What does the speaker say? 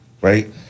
right